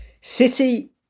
City